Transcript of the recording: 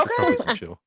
okay